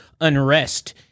unrest